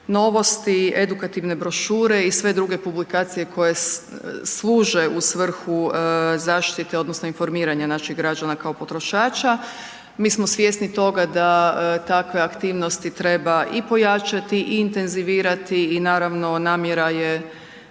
novosti, edukativne brošure i sve druge publikacije koje služe u svrhu zaštite odnosno informiranja naših građana kao potrošača. Mi smo svjesni toga da takve aktivnosti treba i pojačati i intenzivirati i naravno, namjera je